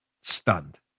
Stunned